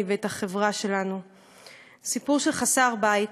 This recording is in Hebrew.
ואת החברה שלנו הוא סיפור של חסר בית